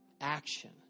action